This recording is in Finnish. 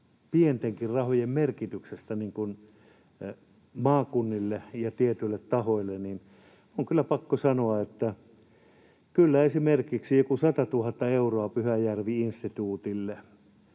pientenkin rahojen merkityksen maakunnille ja tietyille tahoille, niin on kyllä pakko sanoa, että kyllä esimerkiksi jollakin 100 000 eurolla Pyhäjärvi-instituutille